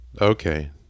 Okay